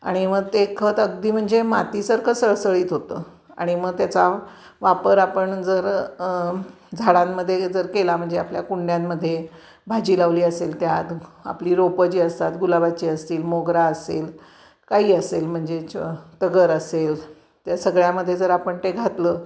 आणि मग ते खत अगदी म्हणजे मातीसारखं सळसळीत होतं आणि मग त्याचा वापर आपण जर झाडांमध्ये जर केला म्हणजे आपल्या कुंड्यांमध्ये भाजी लावली असेल त्यात आपली रोपं जी असतात गुलाबाची असेतील मोगरा असेल काही असेल म्हणजे च तगर असेल त्या सगळ्यामध्ये जर आपण ते घातलं